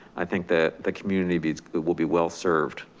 i think that the community beads will be well-served.